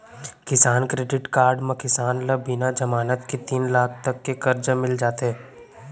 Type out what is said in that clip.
किसान credit card म किसान ल बिना जमानत के तीन लाख तक के करजा मिल जाथे